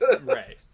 Right